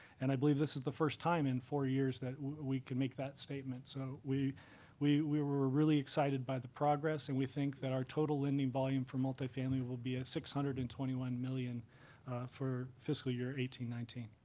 and i believe this is the first time in four years that we can make that statement. so we we were were really excited by the progress. and we think that our total lending volume for multifamily will be at six hundred and twenty one million dollars for fiscal year eighteen nineteen.